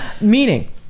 meaning